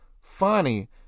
Funny